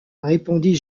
répondit